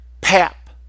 Pap